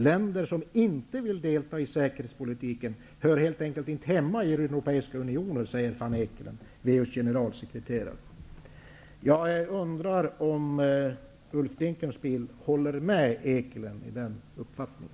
Länder som inte vill delta i säkerhetspolitiken hör inte hemma i Europeiska unionen, säger Willem van Eekelen, WEU:s generalsekreterare ---.'' Jag undrar om Ulf Dinkelspiel håller med van